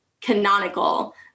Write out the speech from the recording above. canonical